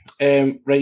Right